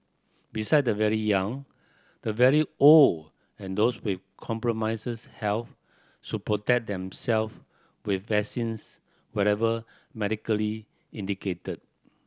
besides the very young the very old and those with compromises health should protect themself with vaccines whenever medically indicated